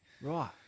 Right